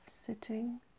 sitting